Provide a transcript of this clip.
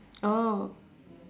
oh